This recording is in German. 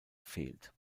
fehlt